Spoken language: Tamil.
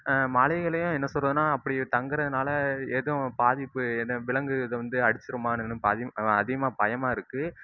மலைகளையும் என்ன சொல்லுறதுனால் அப்படி தங்குறதனால எதுவும் பாதிப்பு எதுவும் விலங்கு இது வந்து அடிச்சிடுமா அதிகமாக பயமாக இருக்குது